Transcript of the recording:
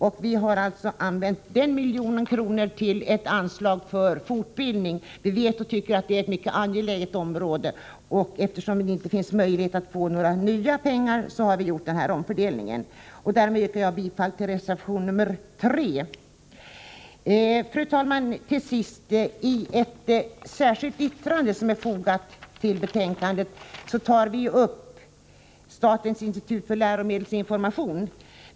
Vi vill alltså använda den miljonen till ett anslag för fortbildning. Vi tycker att det är ett mycket angeläget område. Eftersom det inte är möjligt att få några nya pengar, har vi gjort denna omfördelning. Därmed yrkar jag bifall till reservation 3. Fru talman! Till sist några ord om det särskilda yttrande som är fogat till betänkandet. Där tas upp statens institut för läromedelsinformation.